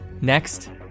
Next